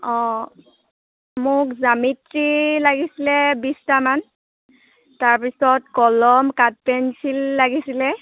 অঁ মোক জ্যামিতি লাগিছিলে বিছটামান তাৰ পিছত কলম কাঠ পেঞ্চিল লাগিছিলে